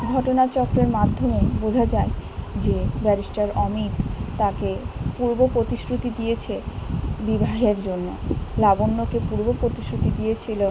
ঘটনাচক্রের মাধ্যমে বোঝা যায় যে ব্যারিস্টার অমিত তাকে পূর্ব প্রতিশ্রুতি দিয়েছে বিবাহের জন্য লাবণ্যকে পূর্ব প্রতিশ্রুতি দিয়েছিল